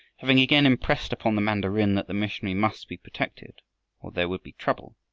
having again impressed upon the mandarin that the missionary must be protected or there would be trouble,